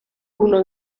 uno